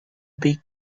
big